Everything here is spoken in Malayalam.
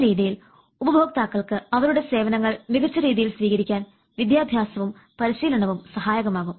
ഈ രീതിയിൽ ഉപഭോക്താക്കൾക്ക് അവരുടെ സേവനങ്ങൾ മികച്ച രീതിയിൽ സ്വീകരിക്കാൻ വിദ്യാഭ്യാസവും പരിശീലനവും സഹായകമാകും